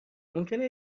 ممکنه